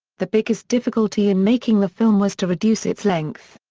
the biggest difficulty in making the film was to reduce its length.